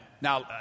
Now